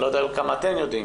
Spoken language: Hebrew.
אני לא יודע על כמה אתם יודעים?